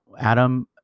Adam